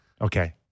Okay